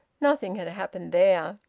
nothing had happened there.